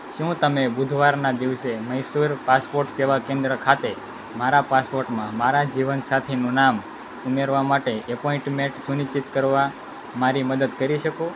શું તમે બુધવારના દિવસે મૈસૂર પાસપોટ સેવા કેન્દ્ર ખાતે મારા પાસપોટમાં મારા જીવનસાથીનું નામ ઉમેરવા માટે એપોઇન્ટમેટ સુનિશ્ચિત કરવા મારી મદદ કરી શકો